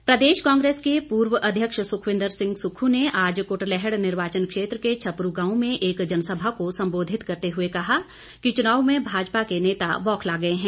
सुक्खू प्रदेश कांग्रेस के पूर्व अध्यक्ष सुविन्दर सिंह सुक्खु ने आज कुटलैहड़ निर्वाचन क्षेत्र के छपरू गांव में एक जनसभा को सम्बोधित करते हुए कहा कि चुनाव में भाजपा के नेता बौखला गए है